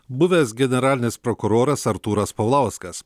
buvęs generalinis prokuroras artūras paulauskas